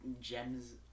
gems